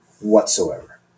whatsoever